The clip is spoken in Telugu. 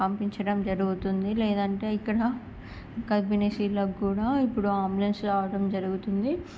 పంపించడం జరుగుతుంది లేదంటే ఇక్కడ గర్భిణీ స్త్రీలకు కూడా ఇప్పుడు అంబులెన్స్ రావడం జరుగుతుంది